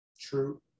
True